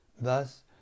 Thus